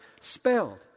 spelled